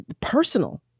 personal